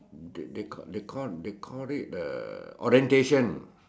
they call they call they call it orientation